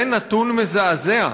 זה נתון מזעזע.